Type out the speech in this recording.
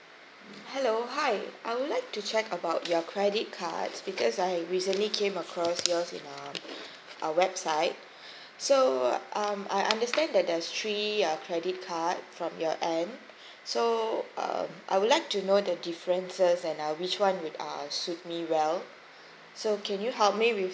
hello hi I would like to check about your credit cards because I recently came across yours in uh a website so um I understand that there's three uh credit card from your end so uh I would like to know the differences and uh which one would uh suit me well so can you help me with